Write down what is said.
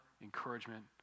encouragement